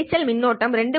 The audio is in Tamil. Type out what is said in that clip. இரைச்சல் மின்னோட்டம் 2